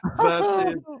versus